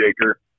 shaker